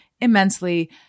immensely